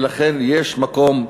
ולכן יש מקום,